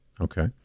Okay